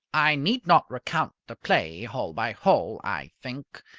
i need not recount the play hole by hole, i think.